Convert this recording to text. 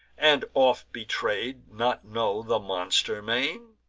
and, oft betray'd, not know the monster main?